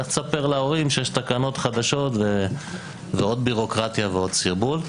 לך תספר להורים שיש תקנות חדשות ועוד בירוקרטיה ועוד סרבול.